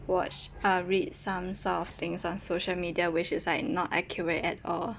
watch uh read some sort of things on social media which is like not accurate at all